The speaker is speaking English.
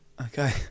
Okay